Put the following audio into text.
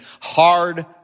hard